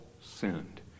sinned